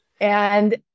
and-